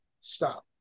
stop